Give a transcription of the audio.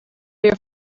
your